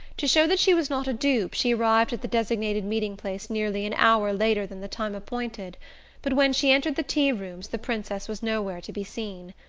to show that she was not a dupe, she arrived at the designated meeting-place nearly an hour later than the time appointed but when she entered the tea-rooms the princess was nowhere to be seen.